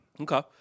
Okay